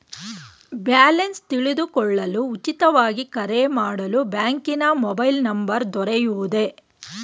Balance ತಿಳಿದುಕೊಳ್ಳಲು ಉಚಿತವಾಗಿ ಕರೆ ಮಾಡಲು ಬ್ಯಾಂಕಿನ ಮೊಬೈಲ್ ನಂಬರ್ ದೊರೆಯುವುದೇ?